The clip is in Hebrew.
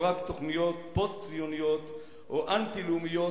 או רק תוכניות פוסט-ציוניות או אנטי-לאומיות